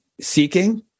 seeking